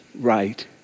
right